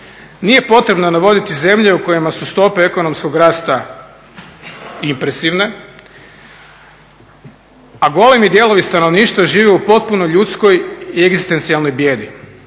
Nije potrebno navoditi zemlje u kojima su stope ekonomskog rasta impresivne, a golemi dijelovi stanovništva žive u potpuno ljudskoj egzistencijalnoj bijedi.